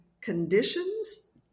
conditions